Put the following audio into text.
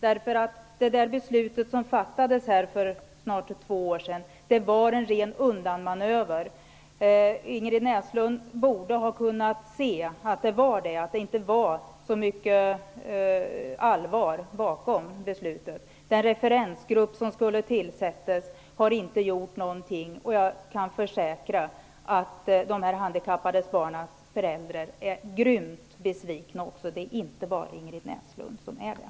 Det beslut som fattades för snart två år sedan var en ren undanmanöver. Ingrid Näslund borde ha kunnat se att det var det, att det inte var så mycket allvar bakom beslutet. Den referensgrupp som skulle tillsättas har inte gjort någonting. Jag kan försäkra att föräldrarna till de handikappade barnen är grymt besvikna. Det är inte bara Ingrid Näslund som är det.